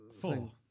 four